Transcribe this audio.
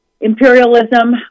imperialism